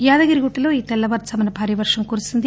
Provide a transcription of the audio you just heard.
యాదగిరి గుట్టలో ఈ తెల్ల వారు జామున భారీవర్షం కురిసింది